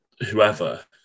whoever